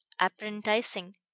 apprenticing